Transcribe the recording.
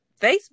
facebook